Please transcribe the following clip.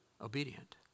obedient